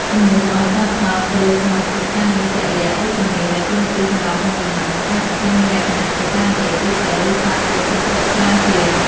ជំនួសឲ្យការផ្តោតទៅលើសមត្ថភាពការងារជាក់លាក់ ឬជំនាញដែលទាមទារសម្រាប់មុខតំណែង ការសម្ភាសន៍មានលក្ខណៈជាការនិយាយទូទៅ ឬសាកសួរសុខទុក្ខច្រើនជាង។